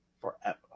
forever